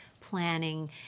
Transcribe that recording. planning